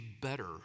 better